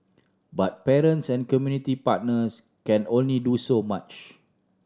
but parents and community partners can only do so much